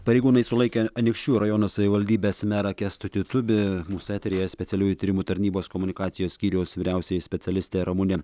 pareigūnai sulaikė anykščių rajono savivaldybės merą kęstutį tubį mūsų eteryje specialiųjų tyrimų tarnybos komunikacijos skyriaus vyriausioji specialistė ramunė